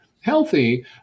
healthy